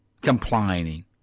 complaining